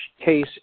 case